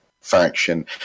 faction